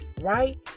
right